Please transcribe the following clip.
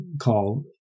call